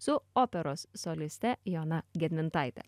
su operos soliste joana gedmintaite